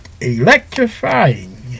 Electrifying